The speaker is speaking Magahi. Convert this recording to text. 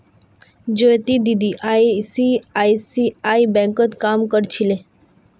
ज्योति दीदी आई.सी.आई.सी.आई बैंकत काम कर छिले